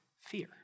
fear